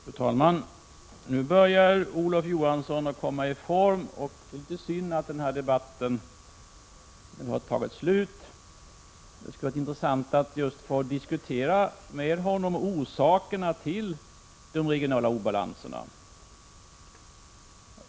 Fru talman! Nu börjar Olof Johansson komma i form, och det är litet synd att den här debatten nu är slut. Det skulle ha varit intressant att med honom få diskutera orsakerna till de regionala obalanserna.